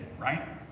right